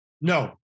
No